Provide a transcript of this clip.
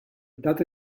data